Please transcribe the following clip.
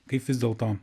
kaip vis dėlto